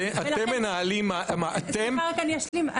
אתם מנהלים --- סליחה, רק אני אשלים.